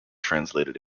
translated